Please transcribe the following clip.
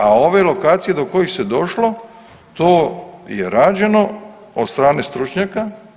A ove lokacije do kojih se došlo to je rađeno od strane stručnjaka.